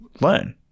learn